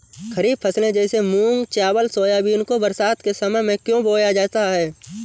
खरीफ फसले जैसे मूंग चावल सोयाबीन को बरसात के समय में क्यो बोया जाता है?